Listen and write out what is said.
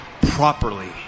properly